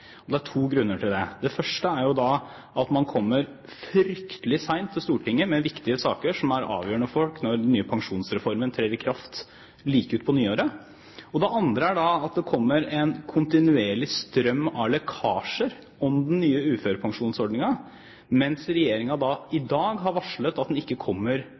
usikkerhet. Det er to grunner til det. Det første er at man kommer fryktelig sent til Stortinget med viktige saker som er avgjørende for folk når den nye pensjonsreformen trer i kraft like utpå nyåret. Det andre er at det kommer en kontinuerlig strøm av lekkasjer om den nye uførepensjonsordningen, mens regjeringen i dag har varslet at proposisjonen ikke kommer